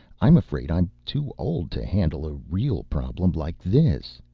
i'm afraid i'm too old to handle a real problem like this.